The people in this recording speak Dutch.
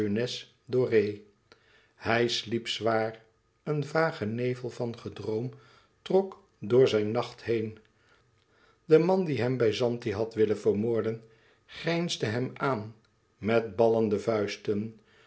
hij sliep zwaar een vage nevel van gedroom trok door zijn nacht heen de man die hem bij zanti had willen vermoorden grijnsde hem aan met ballende vuisten